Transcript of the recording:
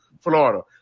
Florida